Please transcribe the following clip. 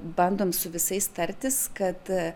bandom su visais tartis kad